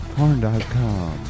Porn.com